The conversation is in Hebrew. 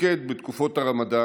תתפקד בתקופת הרמדאן